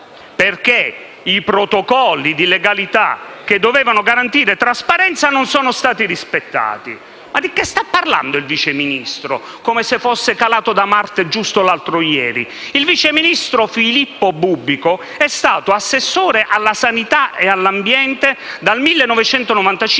perché i protocolli di legalità, che dovevano garantire trasparenza, non sono stati rispettati. Ma di che sta parlando il Vice Ministro, come se fosse calato da Marte giusto l'altro ieri? Il vice ministro Filippo Bubbico è stato assessore alla sanità e all'ambiente dal 1995